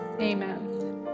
Amen